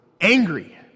angry